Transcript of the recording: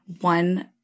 one